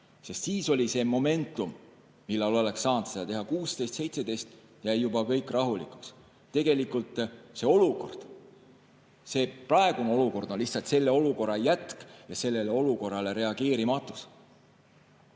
sest siis oli see momentum, millal oleks saanud seda teha. 2016 ja 2017 jäi juba kõik rahulikuks. Tegelikult praegune olukord on lihtsalt selle olukorra jätk ja sellele olukorrale reageerimatuse